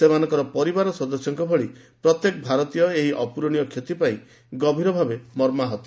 ସେମାନଙ୍କର ପରିବାର ସଦସ୍ୟଙ୍କ ଭଳି ପ୍ରତ୍ୟେକ ଭାରତୀୟ ଏହି ଅପ୍ରରଣୀୟ କ୍ଷତି ପାଇଁ ଗଭୀରଭାବେ ମର୍ମାହତ